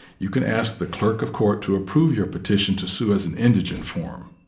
you can ask the clerk of court to approve your petition to sue as an indigent form.